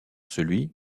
celui